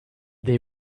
they